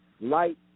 light